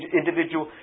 individual